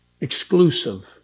exclusive